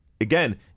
again